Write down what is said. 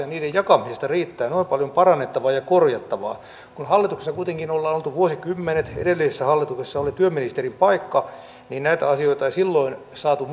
niiden jakamisessa riittää noin paljon parannettavaa ja korjattavaa hallituksessa kuitenkin ollaan oltu vuosikymmenet edellisessä hallituksessa oli työministerin paikka eikä näitä asioita silloin saatu